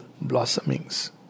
blossomings